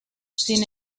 sin